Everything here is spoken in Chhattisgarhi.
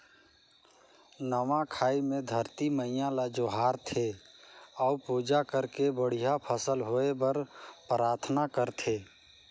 नवा खाई मे धरती मईयां ल जोहार थे अउ पूजा करके बड़िहा फसल होए बर पराथना करथे